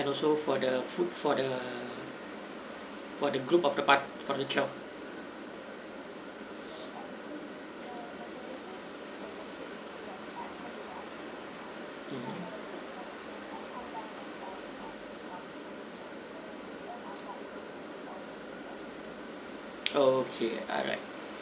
and also for the food for the group of the part~ party twelve okay alright